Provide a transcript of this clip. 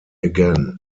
again